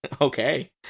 Okay